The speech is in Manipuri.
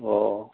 ꯑꯣ